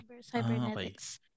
cybernetics